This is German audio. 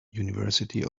university